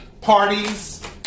parties